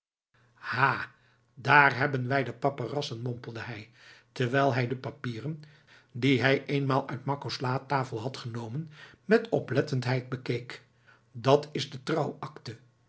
ha daar hebben wij de paperassen mompelde hij terwijl hij de papieren die hij eenmaal uit makko's latafel had genomen met oplettendheid bekeek dat is de trouwakte hier